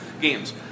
games